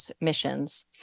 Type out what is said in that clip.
missions